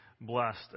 blessed